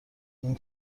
این